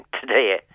today